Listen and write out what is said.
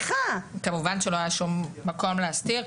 כמובן שלא היה שום מקום להסתיר.